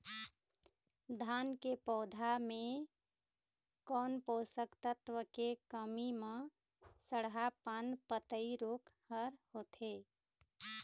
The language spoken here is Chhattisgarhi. धान के पौधा मे कोन पोषक तत्व के कमी म सड़हा पान पतई रोग हर होथे?